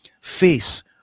face